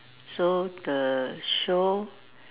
so the show